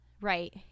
Right